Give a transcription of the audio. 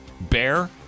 Bear